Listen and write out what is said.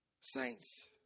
saints